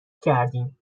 کردیم